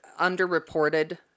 underreported